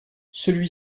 celui